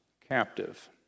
captive